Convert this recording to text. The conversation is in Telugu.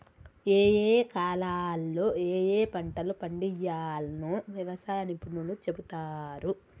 ఏయే కాలాల్లో ఏయే పంటలు పండియ్యాల్నో వ్యవసాయ నిపుణులు చెపుతారు